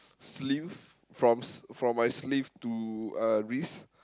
sleeve from s~ from my sleeve to uh wrist